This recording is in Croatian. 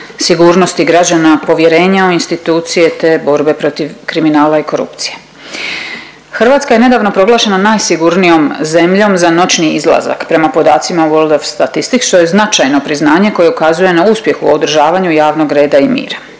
sigurnosti građana, povjerenja u institucije te borbe protiv kriminala i korupcije. Hrvatska je nedavno proglašena najsigurnijom zemljom za noćni izlazak prema podacima World of statistics što je značajno priznanje koje ukazuje na uspjeh u održavanju javnog reda i mira.